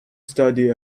study